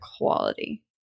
quality